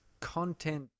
content